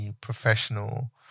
professional